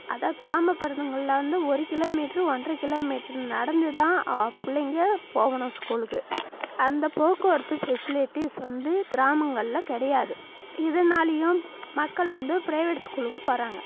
அதுதான் கிராமப்புறங்களில் வந்து ஒரு கிலோமீட்ரு ஒன்றரை கிலோமீட்ரு நடந்துதான் புள்ளைங்க போகணும் ஸ்கூலுக்கு அந்த போக்குவரத்து ஃபெசிலிட்டீஸ் வந்து கிராமங்களில் கிடையாது இதனாலேயும் மக்கள் வந்து பிரைவேட் ஸ்கூலுக்கு போகிறாங்க